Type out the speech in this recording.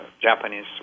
Japanese